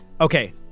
Okay